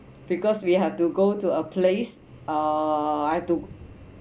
because we have to go to a place uh I had to